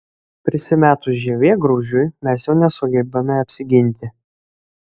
prisimetus žievėgraužiui mes jau nesugebame apsiginti